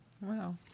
Wow